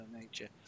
Nature